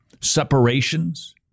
separations